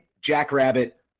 jackrabbit